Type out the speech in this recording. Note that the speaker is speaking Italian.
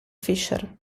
fisher